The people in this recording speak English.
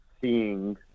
seeing